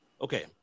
Okay